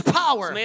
power